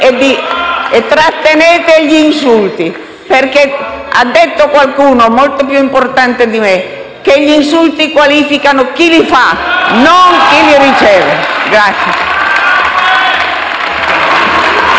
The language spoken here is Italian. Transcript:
Trattenete gli insulti. Ha detto qualcuno molto più importante di me che gli insulti qualificano chi li fa, non chi li riceve.